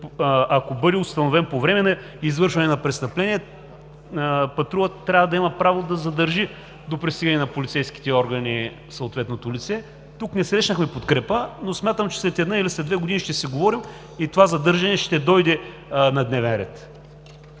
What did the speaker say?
ако бъде установен по време на извършване на престъпление, патрулът трябва да има право да задържи до пристигане на полицейските органи съответното лице. Тук не срещнахме подкрепа, но смятам, че след една или две години ще си говорим и това задържане ще дойде на дневен ред.